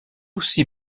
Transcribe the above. aussi